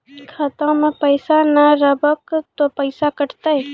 खाता मे पैसा ने रखब ते पैसों कटते?